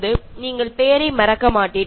അതിനുശേഷം നിങ്ങൾ അത് മറക്കില്ല